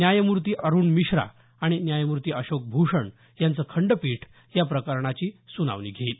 न्यायमूर्ती अरूण मिश्रा आणि न्यायमूर्ती अशोक भूषण यांचं खंडपीठ या प्रकरणाची सुनावणी घेईल